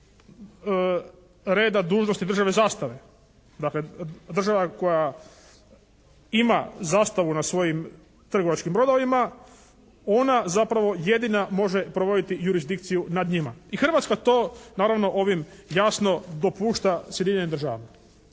34. iz reda dužnosti državne zastave. Dakle država koja ima zastavu na svojim trgovačkim brodovima, ona zapravo jedina može provoditi jurisdikciju nad njima i Hrvatska to naravno ovim jasno dopušta Sjedinjenim Državama.